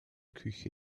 küche